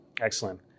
Excellent